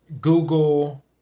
Google